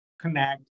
connect